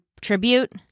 tribute